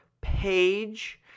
page